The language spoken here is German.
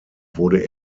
wurde